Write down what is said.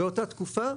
באותה תקופה,